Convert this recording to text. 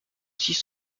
six